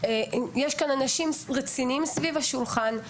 יש כאן אנשים רציניים סביב השולחן.